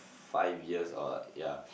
five years or ya